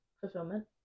fulfillment